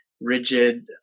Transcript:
rigid